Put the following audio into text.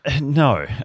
no